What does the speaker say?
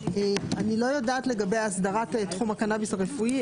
אני לא יודעת לגבי אסדרת תחום הקנאביס הרפואי,